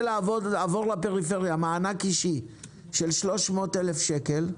לעבור לפריפריה מענק אישי של 300,000 שקל,